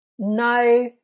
No